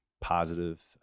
positive